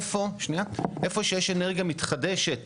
איפה שיש אנרגיה מתחדשת